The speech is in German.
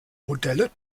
modelle